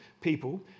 people